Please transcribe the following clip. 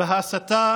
ועל ההסתה